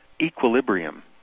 equilibrium